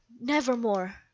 nevermore